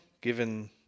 given